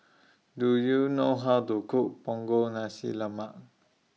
Do YOU know How to Cook Punggol Nasi Lemak